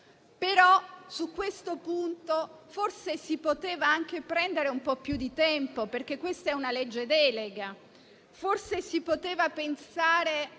Però su questo punto forse si poteva anche prendere un po' più di tempo, perché questa è una legge delega. Forse si poteva pensare